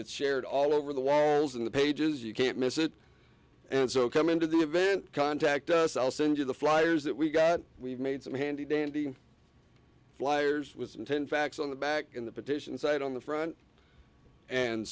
it's shared all over the walls in the pages you can't miss it and so come into the event contact us i'll send you the fliers that we've got we've made some handy dandy flyers was in ten facts on the back in the petition site on the front and